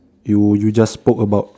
you you just spoke about